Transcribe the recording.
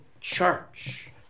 church